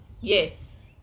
Yes